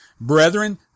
Brethren